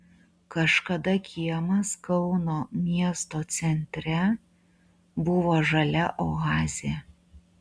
kažkada kiemas kauno miesto centre buvo žalia oazė